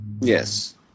Yes